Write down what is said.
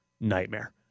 Nightmare